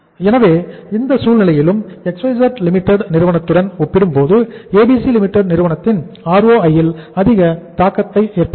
எனவே இந்த சூழ்நிலையிலும் XYZ Limited நிறுவனத்துடன் ஒப்பிடும்போது ABC Limited நிறுவனத்தின் ROI ல் அதிக தாக்கத்தை ஏற்படுத்தும்